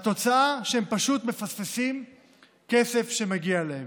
והתוצאה היא שהם פשוט מפספסים כסף שמגיע להם.